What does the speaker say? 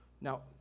Now